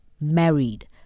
married